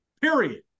period